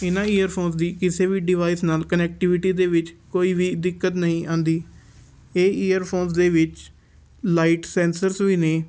ਇਹਨਾਂ ਈਅਰਫੋਨਸ ਦੀ ਕਿਸੇ ਵੀ ਡਿਵਾਈਸ ਨਾਲ ਕਨੈਕਟੀਵਿਟੀ ਦੇ ਵਿੱਚ ਕੋਈ ਵੀ ਦਿੱਕਤ ਨਹੀਂ ਆਉਂਦੀ ਇਹ ਈਅਰਫੋਨਸ ਦੇ ਵਿੱਚ ਲਾਈਟ ਸੈਂਸਰਸ ਵੀ ਨੇ